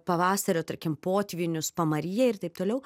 pavasario tarkim potvynius pamaryje ir taip toliau